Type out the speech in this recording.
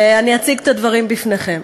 ואני אציג את הדברים בפניכם.